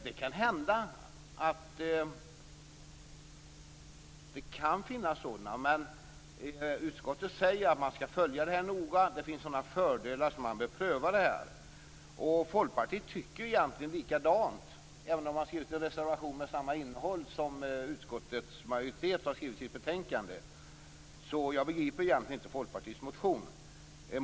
Det kan hända att det kan finnas problem. Men utskottet skall följa frågan noga. Det finns fördelar som bör prövas. Folkpartiet tycker likadant och har skrivit en reservation med samma innehåll som utskottets majoritet har skrivit i betänkandet. Jag begriper egentligen inte Folkpartiets reservation.